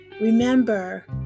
remember